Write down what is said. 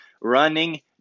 running